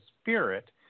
spirit